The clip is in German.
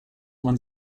man